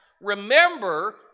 remember